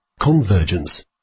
Convergence